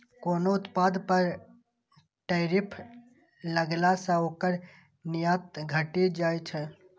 कोनो उत्पाद पर टैरिफ लगला सं ओकर निर्यात घटि जाइ छै